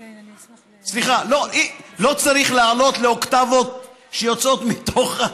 סליחה, לא צריך לעלות לאוקטבות שיוצאות מתוך,